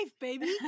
baby